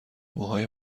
موهای